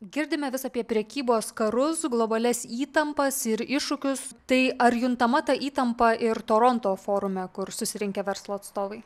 girdime vis apie prekybos karus globalias įtampas ir iššūkius tai ar juntama ta įtampa ir toronto forume kur susirinkę verslo atstovai